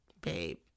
babe